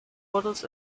waddles